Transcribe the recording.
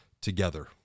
together